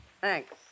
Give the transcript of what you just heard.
Thanks